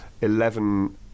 eleven